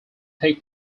take